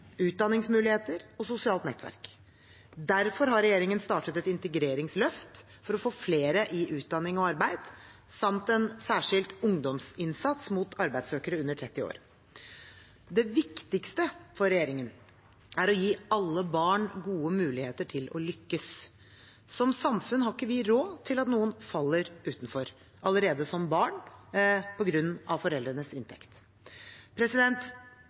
utdanningsmuligheter og sosialt nettverk. Derfor har regjeringen startet et integreringsløft for å få flere i utdanning og arbeid, samt en særskilt ungdomsinnsats mot arbeidssøkere under 30 år. Det viktigste for regjeringen er å gi alle barn gode muligheter til å lykkes. Som samfunn har vi ikke råd til at noen faller utenfor allerede som barn på grunn av foreldrenes inntekt.